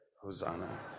Hosanna